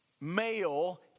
male